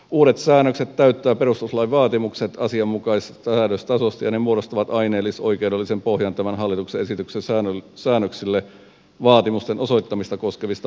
uudet säännökset täyttävät perustuslain vaatimukset asianmukaisesta säädöstasosta ja ne muodostavat aineellis oikeudellisen pohjan tämän hallituksen esityksen säännöksille vaatimusten osoittamista koskevista menettelyistä